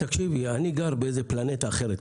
אני כנראה גר באיזו פלנטה אחרת,